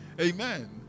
Amen